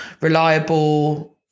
reliable